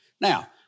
Now